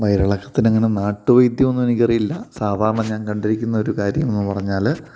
വയറിളക്കത്തിനങ്ങനെ നാട്ട് വൈദ്യമൊന്നും എനിക്കറിയില്ല സാധാരണ ഞാൻ കണ്ടിരിക്കുന്നൊരു കാര്യമെന്ന് പറഞ്ഞാൽ